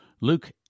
Luke